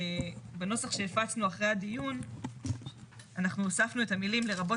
בנוסח שהפצנו אחרי הדיון אנחנו הוספנו את המילים 'לרבות